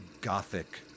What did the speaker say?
gothic